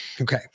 Okay